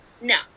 No